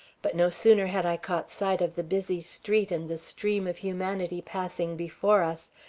but no sooner had i caught sight of the busy street and the stream of humanity passing before us,